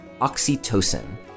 oxytocin